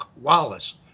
Wallace